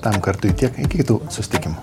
tam kartui tiek iki kitų susitikimų